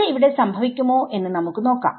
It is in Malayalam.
അത് ഇവിടെ സംഭവിക്കുമോ എന്ന് നമുക്ക് നോക്കാം